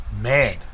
man